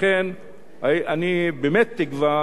לכן אני תקווה